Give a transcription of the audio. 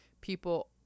people